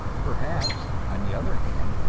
perhaps, on the other hand,